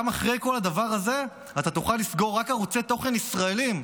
גם אחרי כל הדבר הזה אתה תוכל לסגור רק ערוצי תוכן ישראליים.